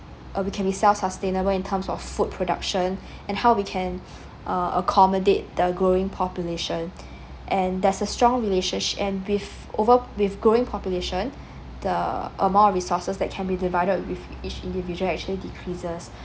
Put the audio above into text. or we can be self sustainable in terms of food production and how we can uh accommodate the growing population and there's a strong relationshi~ and with over~ with growing population the amount of resources can be divided with each individual actually decreases